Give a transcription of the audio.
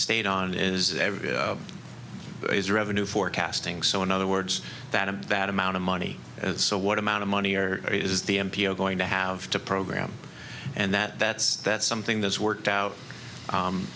state on is everything is revenue forecasting so in other words that of that amount of money and so what amount of money or is the m p o going to have to program and that that's that's something that's worked out